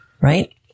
right